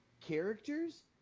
characters